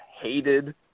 hated